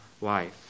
life